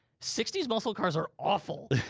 sixty s muscle cars are awful.